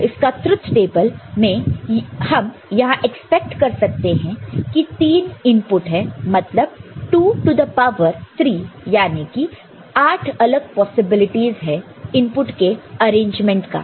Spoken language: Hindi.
तो इसके ट्रुथ टेबल में हम यहां एक्सपैक्ट कर सकते हैं की 3 इनपुट है मतलब 2 टू द पावर 3 याने की 8 अलग पॉसिबिलिटीज है इनपुट के अरेंजमेंट का